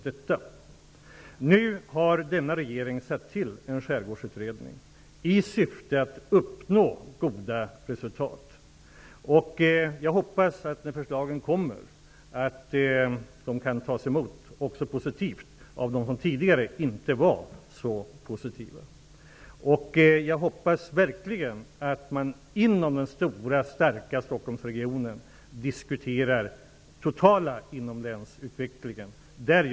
Den här regeringen har nu tillsatt en skärgårdsutredning, i syfte att uppnå goda resultat. Jag hoppas att förslagen, när de kommer, kan tas emot positivt också av dem som inte tidigare var så positiva. Jag hoppas verkligen att man inom den stora starka Stockholmsregionen diskuterar den totala utvecklingen inom länet.